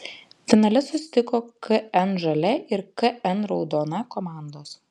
finale susitiko kn žalia ir kn raudona komandos